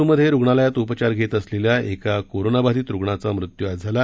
लात्रमधे रुग्णालयात उपचार घेत असलेल्या एका कोरोनाबाधित रुग्णाचा मृत्यू आज झाला